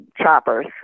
choppers